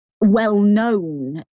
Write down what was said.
well-known